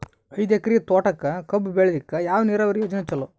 ಐದು ಎಕರೆ ತೋಟಕ ಕಬ್ಬು ಬೆಳೆಯಲಿಕ ಯಾವ ನೀರಾವರಿ ಯೋಜನೆ ಚಲೋ?